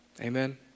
Amen